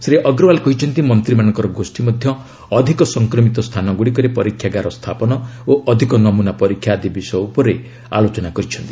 ଶ୍ରୀ ଅଗ୍ରୱାଲ କହିଛନ୍ତି ମନ୍ତ୍ରୀମାନଙ୍କର ଗୋଷୀ ମଧ୍ୟ ଅଧିକ ସଂକ୍ରମିତ ସ୍ଥାନଗୁଡ଼ିକରେ ପରୀକ୍ଷାଗାର ସ୍ଥାପନ ଓ ଅଧିକ ନମୁନା ପରୀକ୍ଷା ଆଦି ବିଷୟ ଉପରେ ଆଲୋଚନା କରିଛନ୍ତି